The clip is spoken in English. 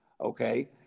Okay